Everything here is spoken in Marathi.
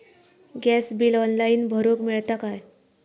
गॅस बिल ऑनलाइन भरुक मिळता काय?